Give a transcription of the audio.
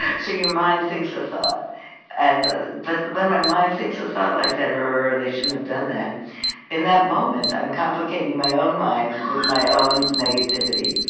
so your mind thinks a thought and but when my mind thinks a thought like that or, they shouldn't have done that in that moment, i'm complicating my own mind with my own negativity,